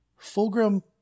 Fulgrim